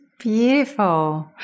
Beautiful